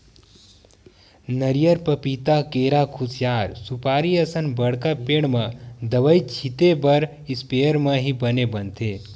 नरियर, पपिता, केरा, खुसियार, सुपारी असन बड़का पेड़ म दवई छिते बर इस्पेयर म ही बने बनथे